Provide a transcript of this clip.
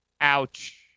Ouch